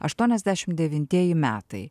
aštuoniasdešimt devintieji metai